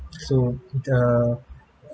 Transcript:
so err